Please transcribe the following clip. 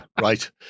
right